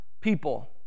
people